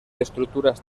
estructuras